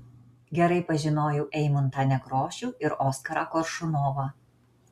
gerai pažinojau eimuntą nekrošių ir oskarą koršunovą